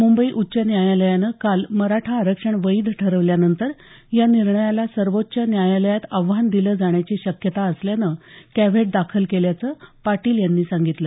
मुंबई उच्च न्यायालयानं काल मराठा आरक्षण वैध ठरवल्यानंतर या निर्णयाला सर्वोच्च न्यायालयात आव्हान दिलं जाण्याची शक्यता असल्यानं कॅव्हेट दाखल केल्याचं पाटील यांनी सांगितलं